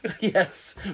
Yes